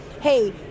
hey